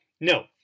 No